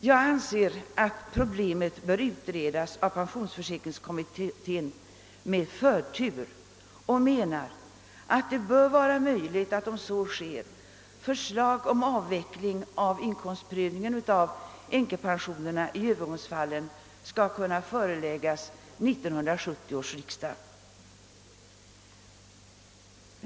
Jag anser att problemet bör med förtur utredas av pensionsförsäkringskommittén och menar att om så sker förslag om avveckling av inkomstprövningen av änkepensionerna i övergångsfallen bör kunna föreläggas 1970 års riksdag.